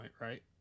right